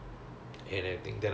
oh okay K